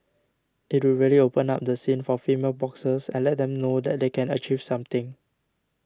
it would really open up the scene for female boxers and let them know that they can achieve something